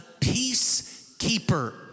peacekeeper